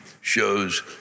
shows